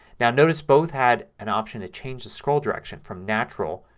yeah notice both had an option to change the scroll direction from natural